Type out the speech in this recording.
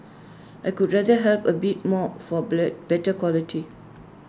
I would rather have A bit more for better quality